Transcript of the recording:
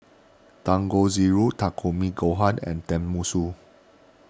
Dangojiru Takikomi Gohan and Tenmusu